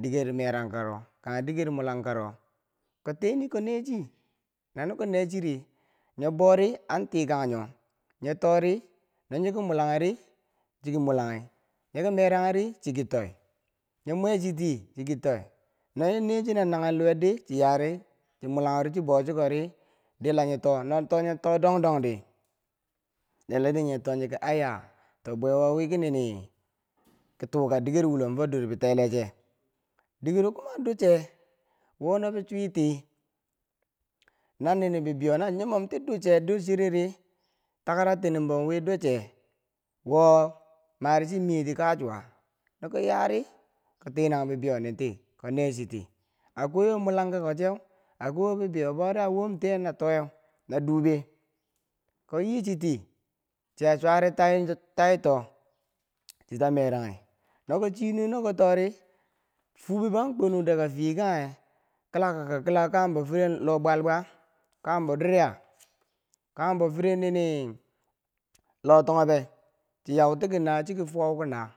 diker merankaro kanghe diker mulangkako ko teni ko nechi nano konechiri, nyi bori antikangnyo nyitori no nyeki mulanghiri, chiki mulanghi nyiki meranghiri, chikitoi nyi mwechiti chiki toi no nyo nechi na nanghen luwerdi chi yari chi mulanghiri chibochikore dila nyeto no nye to dong dongdi ladi nye to nyiki ayya la bwe wo wiki nini ki tuu ka diker wulom fo ladi nye yeknya to bweiwo wiki nini kituka dikerer wulom fo dor bitele che dikero kuma duche wo no bichwiti na ni ni bibeyona nyumomti duche dor chereri, takaratinimbo wi duche wo mari chi miyeti kachuwa nokoya ri, ko tenang bibeiyo nin ti ko nechiti a kwai wo mulang kako cheu akwai wo bibeiyo bori a womtiye na toweu, na dube ko yichi ti chiya chware tai to chita meranghi nokom chii nuwe noko tori, fubebo an kwenu daga fiye kanghe kilakako kila kanghembo daga firen lo bwalbwa, kanghembo diriya kanghembo firen ni ni lo tonghobe chi yauti ki naa, chiki fuwau ki naa.